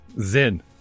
zin